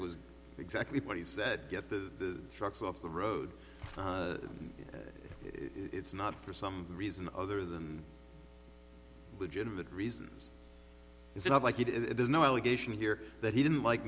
was exactly what he said get the trucks off the road it's not for some reason other than legitimate reasons it's not like it is there's no allegation here that he didn't like